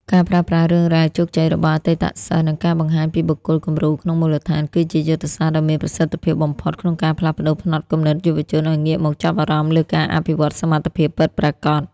ការប្រើប្រាស់រឿងរ៉ាវជោគជ័យរបស់អតីតសិស្ស និងការបង្ហាញពីបុគ្គលគំរូក្នុងមូលដ្ឋាន គឺជាយុទ្ធសាស្ត្រដ៏មានប្រសិទ្ធភាពបំផុត ក្នុងការផ្លាស់ប្តូរផ្នត់គំនិតយុវជនឱ្យងាកមកចាប់អារម្មណ៍លើការអភិវឌ្ឍសមត្ថភាពពិតប្រាកដ។